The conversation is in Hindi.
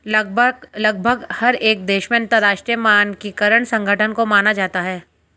लगभग हर एक देश में अंतरराष्ट्रीय मानकीकरण संगठन को माना जाता है